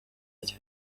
that